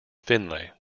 finlay